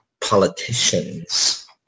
politicians